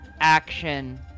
action